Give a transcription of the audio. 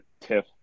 tiff